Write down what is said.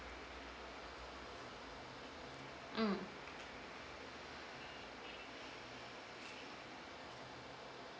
mm